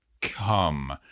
come